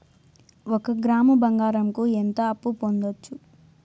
ఒక గ్రాము బంగారంకు ఎంత అప్పు పొందొచ్చు